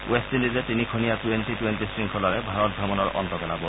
west ইণ্ডিজে তিনিখনীয়া twenty twenty শৃংখলাৰে ভাৰত ভ্ৰমণৰ অন্ত পেলাব